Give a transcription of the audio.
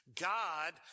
God